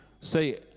Say